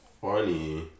funny